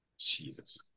Jesus